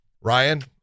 Ryan